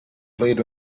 played